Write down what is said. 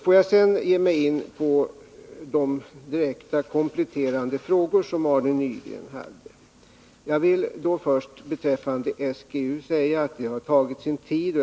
Får jag sedan ge mig in på de direkta och kompletterande frågor som Arne Nygren hade. Jag vill då först beträffande byggandet av nya lokaler för SGU säga att det har tagit sin tid.